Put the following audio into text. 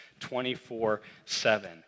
24-7